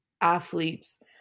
athletes